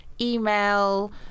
email